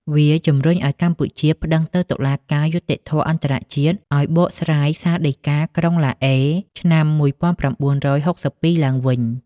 វាជម្រុញឱ្យកម្ពុជាប្ដឹងទៅតុលាការយុត្តិធម៌អន្ដរជាតិ ឱ្យបកស្រាយសាលដីកាក្រុងឡាអេ ឆ្នាំ១៩៦២ឡើងវិញ។